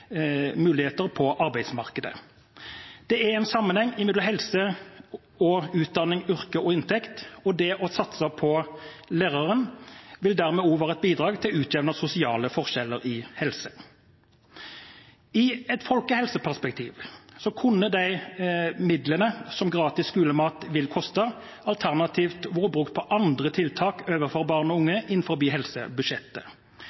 muligheter på arbeidsmarkedet. Det er en sammenheng mellom helse og utdanning, yrke og inntekt. Det å satse på læreren vil dermed også være et bidrag til å utjevne sosiale forskjeller med tanke på helse. I et folkehelseperspektiv kunne det som gratis skolemat vil koste, alternativt vært brukt på andre tiltak overfor barn og unge innenfor helsebudsjettet.